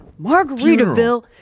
Margaritaville